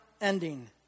ending